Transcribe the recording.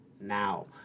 now